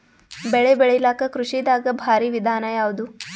ಬೆಳೆ ಬೆಳಿಲಾಕ ಕೃಷಿ ದಾಗ ಭಾರಿ ವಿಧಾನ ಯಾವುದು?